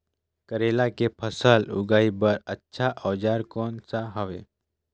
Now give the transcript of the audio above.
करेला के फसल उगाई बार अच्छा औजार कोन सा हवे?